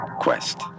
Quest